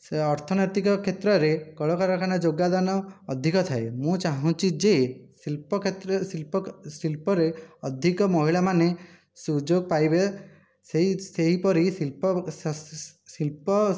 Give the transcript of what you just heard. ସେ ଅର୍ଥନୈତିକ କ୍ଷେତ୍ରରେ କଳକାରଖାନା ଯୋଗଦାନ ଅଧିକ ଥାଏ ମୁଁ ଚାହୁଁଚି ଯେ ଶିଳ୍ପ କ୍ଷେତ୍ର ଶିଳ୍ପ ଶିଳ୍ପରେ ଅଧିକ ମହିଳାମାନେ ସୁଯୋଗ ପାଇବେ ସେଇ ସେଇପରି ଶିଳ୍ପ ଶିଳ୍ପ